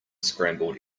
scrambled